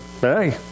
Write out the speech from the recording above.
hey